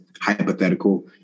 hypothetical